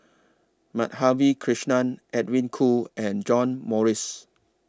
Madhavi Krishnan Edwin Koo and John Morrice